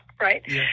right